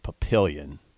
Papillion